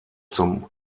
zum